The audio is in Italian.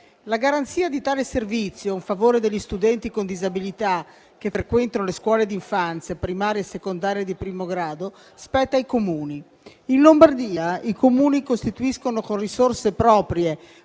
La garanzia di tale servizio a favore degli studenti con disabilità che frequentano le scuole d'infanzia, primarie e secondarie di primo grado, spetta ai Comuni. In Lombardia i Comuni costituiscono con risorse proprie,